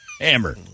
Hammer